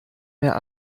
mehr